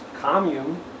commune